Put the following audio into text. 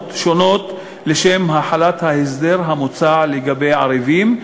שונות לשם החלת ההסדר המוצע לגבי ערבים,